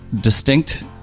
distinct